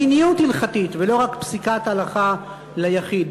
מדיניות הלכתית ולא רק פסיקת הלכה ליחיד,